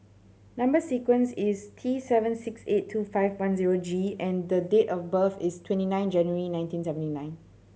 number sequence is T seven six eight two five one zero G and the date of birth is twenty nine January nineteen seventy nine